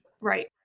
Right